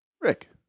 Rick